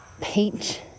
peach